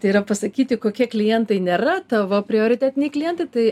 tai yra pasakyti kokie klientai nėra tavo prioritetiniai klientai tai